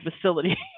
facility